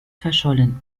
verschollen